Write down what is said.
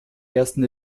ersten